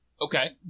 Okay